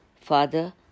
Father